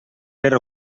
per